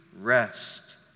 rest